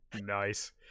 nice